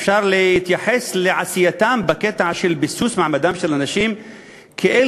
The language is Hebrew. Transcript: אפשר להתייחס לעשייתם בקטע של ביסוס מעמדן של הנשים כאל